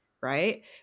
right